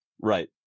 right